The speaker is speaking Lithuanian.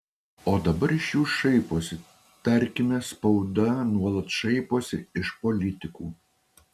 o dabar iš jų šaiposi tarkime spauda nuolat šaiposi iš politikų